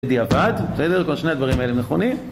זה די אבד, בסדר? כל שני הדברים האלה נכונים?